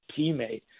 teammate